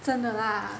真的 lah